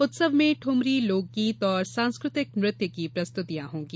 उत्सव में ठूमरी लोकगीत और सांस्कृतिक नृत्य की प्रस्तुतियां होंगी